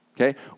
okay